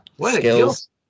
Skills